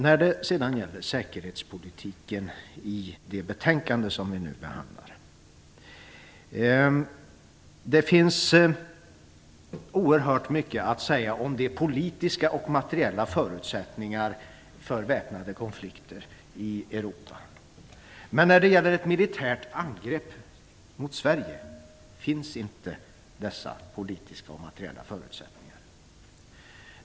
När det sedan gäller säkerhetspolitiken och det betänkande som vi nu behandlar finns det oerhört mycket att säga om de politiska och materiella förutsättningarna för väpnade konflikter i Europa. Men dessa politiska och materiella förutsättningar finns inte beträffande ett militärt angrepp mot Sverige.